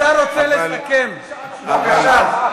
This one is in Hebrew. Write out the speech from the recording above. השר רוצה לסכם, בבקשה.